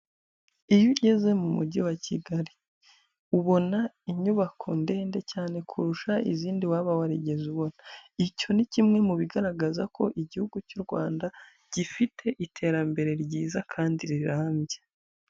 Iyo ugeze mu mujyi wa Kigali, ubona inyubako ndende cyane kurusha izindi waba warigeze ubona, icyo ni kimwe mu bigaragaza ko igihugu cy'u Rwanda gifite iterambere ryiza kandi rirambye.